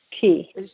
key